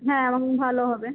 হ্যাঁ ভালো হবে